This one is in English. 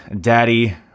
Daddy